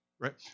right